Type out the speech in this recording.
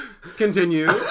Continue